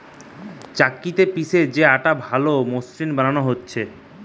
চাক্কিতে পিষে যে আটা ভালো মসৃণ বানানো হতিছে